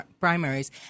primaries